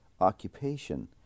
occupation